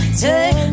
take